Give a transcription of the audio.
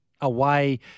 away